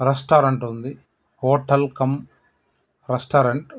restaurant ఉంది hotel cum restaurant